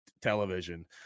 television